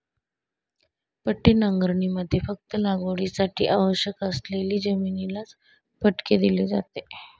पट्टी नांगरणीमध्ये फक्त लागवडीसाठी आवश्यक असलेली जमिनीलाच फटके दिले जाते